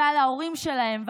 ועל ההורים שלהם,